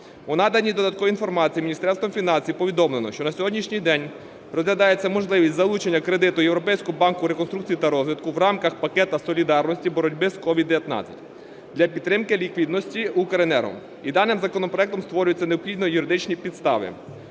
У наданій додатковій інформації Міністерством фінансів повідомлено, що на сьогоднішній день розглядається можливість залучення кредиту Європейського банку реконструкції та розвитку в рамках пакета солідарності боротьби з COVID-19 для підтримки ліквідності "Укренерго". І даним законопроектом створюються необхідні юридичні підстави.